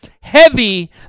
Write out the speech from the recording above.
heavy